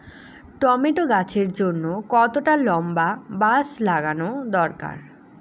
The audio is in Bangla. টমেটো গাছের জন্যে কতটা লম্বা বাস লাগানো দরকার?